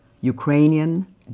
Ukrainian